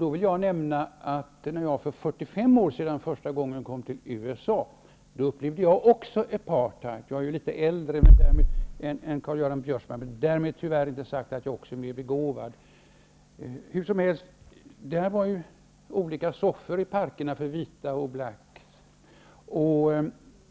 Jag vill då nämna att jag när jag för 45 år sedan för första gången kom till USA också upplevde apartheid. Jag är ju litet äldre än Karl-Göran Biörsmark, men därmed tyvärr inte sagt att jag är mer begåvad. I USA fanns det då olika soffor i parkerna för vita och svarta.